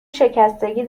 شکستگی